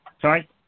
Sorry